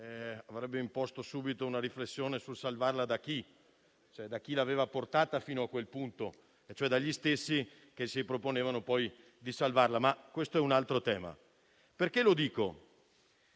avrebbe imposto subito una riflessione, sul salvarla da chi: da chi l'aveva portata fino a quel punto e cioè dagli stessi che si proponevano, poi, di salvarla; questo, però, è un altro tema.